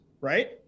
right